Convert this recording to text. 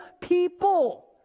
people